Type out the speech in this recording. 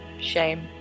shame